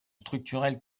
structurelles